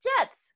jets